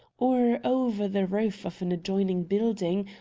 or over the roof of an adjoining building,